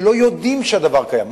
ולא יודעים שהדבר קיים.